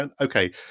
okay